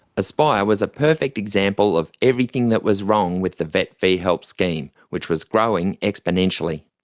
aspire was a perfect example of everything that was wrong with the vet fee-help scheme, which was growing exponentially.